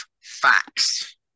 facts